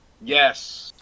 Yes